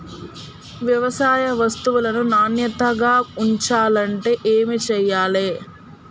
వ్యవసాయ వస్తువులను నాణ్యతగా ఉంచాలంటే ఏమి చెయ్యాలే?